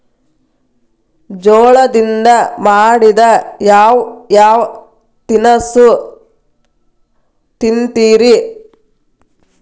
ಜೋಳದಿಂದ ಮಾಡಿದ ಯಾವ್ ಯಾವ್ ತಿನಸು ತಿಂತಿರಿ?